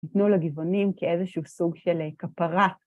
ניתנו לגבעונים כאיזשהו סוג של כפרה.